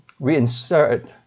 reinsert